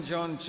John